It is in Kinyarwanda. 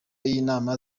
y’inama